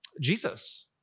Jesus